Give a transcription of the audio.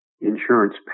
insurance